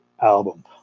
album